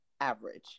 average